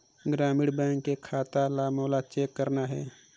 ग्रामीण बैंक के खाता ला मोला चेक करना हे?